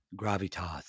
gravitas